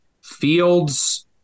Fields